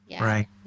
Right